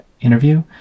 interview